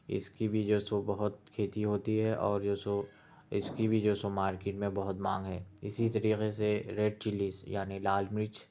اس کی بھی جو سو بہت کھیتی ہوتی ہے اور جو سو اس کی بھی جو سو مارکیٹ میں بہت مانگ ہے اسی طریقے سے ریڈ چلّیز یعنی لال مرچ